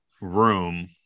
room